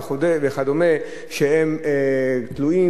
כתוב שהן הצעות דחופות,